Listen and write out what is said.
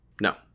no